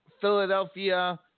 Philadelphia